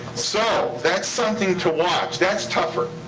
so that's something to watch. that's tougher.